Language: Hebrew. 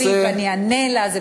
את חברת הכנסת לוי ואענה לה.